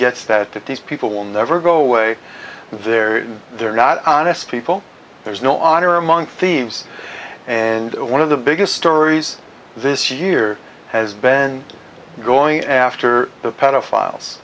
gets that that these people will never go away they're they're not honest people there's no honor among thieves and one of the biggest stories this year has been going after the pedophiles